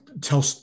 tell